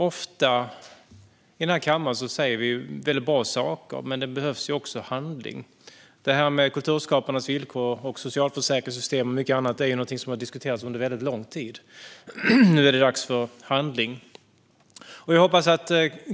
Ofta säger vi nämligen här i kammaren väldigt bra saker, men det behövs också handling. Kulturskaparnas villkor, socialförsäkringssystem och annat har diskuterats under lång tid. Nu är det dags för handling.